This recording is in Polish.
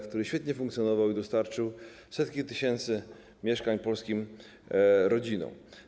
Ten program świetnie funkcjonował i dostarczył setki tysięcy mieszkań polskim rodzinom.